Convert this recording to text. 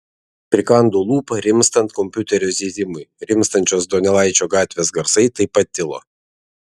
prikando lūpą rimstant kompiuterio zyzimui rimstančios donelaičio gatvės garsai taip pat tilo